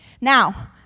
Now